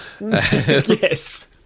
Yes